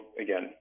again